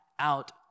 out